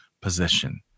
position